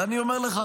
ואני אומר לך,